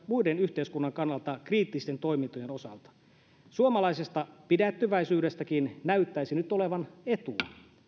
muiden yhteiskunnan kannalta kriittisten toimintojen osalta suomalaisesta pidättyväisyydestäkin näyttäisi nyt olevan etua